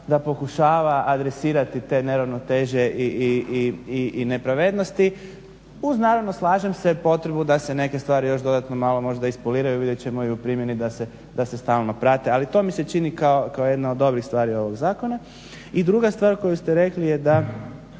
da pokušava adresirati te neravnoteže i nepravednosti uz naravno slažem se potrebu da se neke stvari dodatno možda još malo ispoliraju, vidjet ćemo i u primjeni da se stalno prate ali to mi se čini kao jedna od dobrih stvari ovog zakona. I druga stvar koju ste rekli da